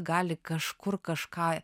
gali kažkur kažką